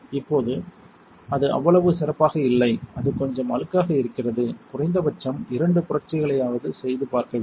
இப்போது அது அவ்வளவு சிறப்பாக இல்லை அது கொஞ்சம் அழுக்காக இருக்கிறது குறைந்தபட்சம் இரண்டு புரட்சிகளையாவது செய்து பார்க்க வேண்டும்